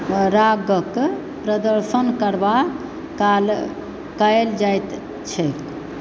रागक प्रदर्शन करबा काल कयल जैत छैक